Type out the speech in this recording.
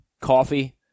coffee